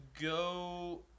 go